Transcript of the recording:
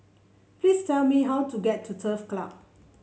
please tell me how to get to Turf Club